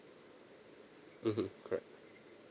(uh huh) correct